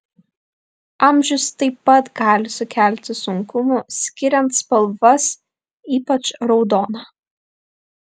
amžius taip pat gali sukelti sunkumų skiriant spalvas ypač raudoną